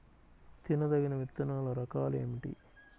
తినదగిన విత్తనాల రకాలు ఏమిటి?